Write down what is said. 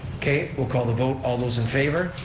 okay, we'll call the vote, all those in favor?